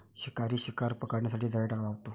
शिकारी शिकार पकडण्यासाठी जाळे लावतो